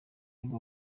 bwo